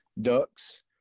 ducks